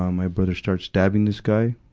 um my brother starts stabbing this guy.